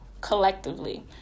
collectively